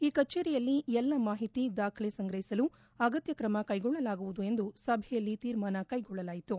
ಈ ಕಜೇರಿಯಲ್ಲಿ ಎಲ್ಲ ಮಾಹಿತಿ ದಾಖಲೆ ಸಂಗ್ರಹಿಸಲು ಅಗತ್ತ ಕ್ರಮ ಕೈಗೊಳ್ಳಲಾಗುವುದು ಎಂದು ಸಭೆಯಲ್ಲಿ ತೀರ್ಮಾನ ಕೈಗೊಳ್ಟಲಾಯಿತು